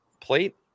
plate